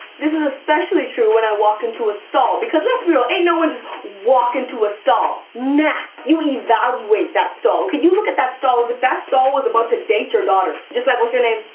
this is especially true when i walk into a stall because let's be real, ain't no one just walk into a stall. nah. you evaluate that stall, okay. you look at that stall as if that stall was about to date your daughter. just like, what's your name?